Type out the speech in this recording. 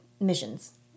missions